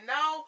Now